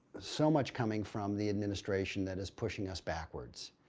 so much coming from the administration that is pushing us backwards.